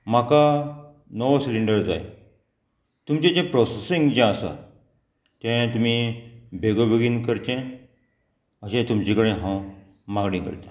म्हाका नवो सिलिंडर जाय तुमचें जें प्रोसेसींग जें आसा तें तुमी बेगोबेगीन करचें अशें तुमचे कडेन हांव मागणी करतां